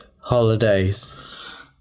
holidays